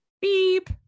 beep